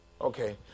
Okay